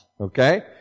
okay